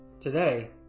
Today